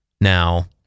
Now